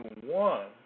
one